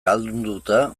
ahaldunduta